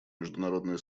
международное